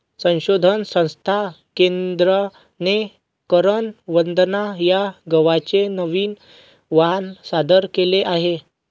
संशोधन संस्था केंद्राने करण वंदना या गव्हाचे नवीन वाण सादर केले आहे